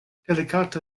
delikata